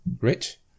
Rich